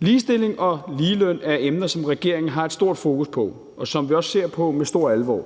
Ligestilling og ligeløn er emner, som regeringen har et stort fokus på, og som vi også ser på med stor alvor.